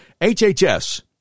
HHS